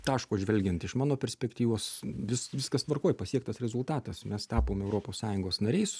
taško žvelgiant iš mano perspektyvos vis viskas tvarkoj pasiektas rezultatas mes tapom europos sąjungos nariais